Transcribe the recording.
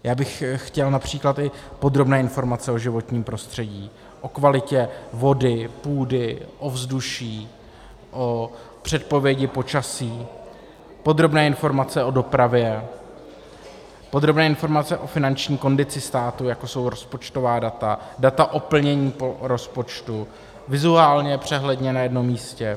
Já bych chtěl například i podrobné informace o životním prostředí, o kvalitě vody, půdy, ovzduší, o předpovědi počasí, podrobné informace o dopravě, podrobné informace o finanční kondici státu, jako jsou rozpočtová data, data o plnění rozpočtu, vizuálně, přehledně na jednom místě.